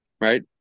right